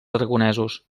aragonesos